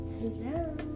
Hello